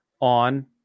on